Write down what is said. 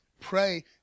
pray